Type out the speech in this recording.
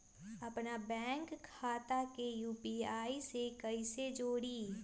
अपना बैंक खाता के यू.पी.आई से कईसे जोड़ी?